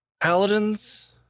paladins